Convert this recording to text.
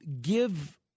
give